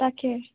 তাকেই